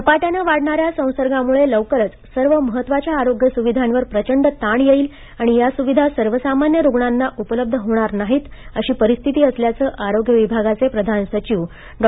झपाट्याने वाढणाऱ्या संसर्गामुळे लवकरच सर्व महत्त्वाच्या आरोग्य सुविधांवर प्रचंड ताण येईल आणि या सुविधा सर्वसामान्य रुग्णांना उपलब्ध होणार नाहीत अशी परिस्थिती असल्याचं आरोग्य विभागाचे प्रधान सचिव डॉ